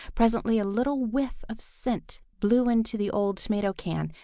presently a little whiff of scent blew into the old tomato can.